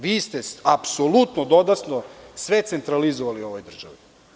Vi ste apsolutno sve centralizovali u ovoj državi.